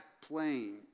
plane